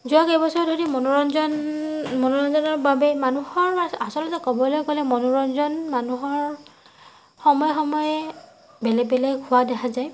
যোৱা কেইবছৰ ধৰি মনোৰঞ্জন মনোৰঞ্জনৰ বাবে মানুহৰ আচলতে ক'বলৈ গ'লে মনোৰঞ্জন মানুহৰ সময়ে সময়ে বেলেগ বেলেগ হোৱা দেখা যায়